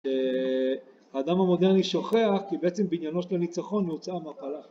שהאדם המודרני שוכח כי בעצם בעניינו של הניצחון נעוצה המפלה.